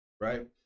Right